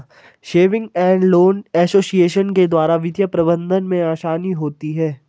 saving and loan association के द्वारा वित्तीय प्रबंधन में आसानी होती है